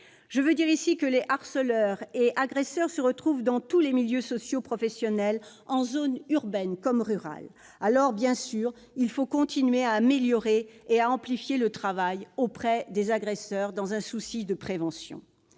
à souligner que les harceleurs et agresseurs se retrouvent dans tous les milieux sociaux professionnels, en zone urbaine comme en zone rurale. Oui ! Bien sûr, il faut encore améliorer et amplifier le travail mené auprès des agresseurs, dans un souci de prévention.